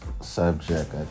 subject